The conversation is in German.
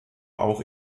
auch